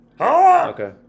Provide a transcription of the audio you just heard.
Okay